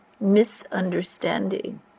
misunderstanding